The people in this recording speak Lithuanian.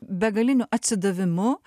begaliniu atsidavimu